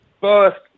first